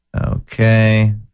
Okay